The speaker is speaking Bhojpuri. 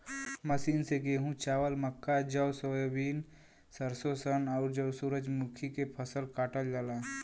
मशीन से गेंहू, चावल, मक्का, जौ, सोयाबीन, सरसों, सन, आउर सूरजमुखी के फसल काटल जाला